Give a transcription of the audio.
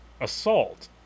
assault